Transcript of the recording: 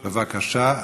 בבקשה,